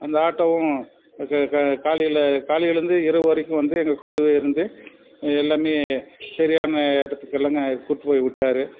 அந்த ஆட்டோவும் க க காலையில் காலையிலந்து இரவு வரைக்கும் வந்து எங்கள் கூடவே இருந்து எல்லாமே சரியான இடத்துக்கெல்லாங்க கூப்பிட்டு போய் விட்டாரு